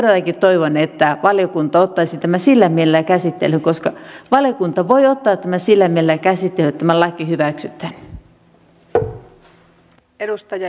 todellakin toivon että valiokunta ottaisi tämän sillä mielellä käsittelyyn koska valiokunta voi ottaa tämän sillä mielellä käsittelyyn että tämä laki hyväksytään